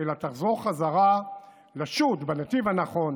אלא תחזור חזרה לשוט בנתיב הנכון,